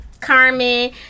Carmen